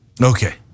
Okay